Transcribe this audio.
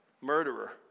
Murderer